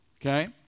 Okay